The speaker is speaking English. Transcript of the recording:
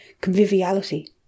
conviviality